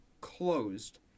closed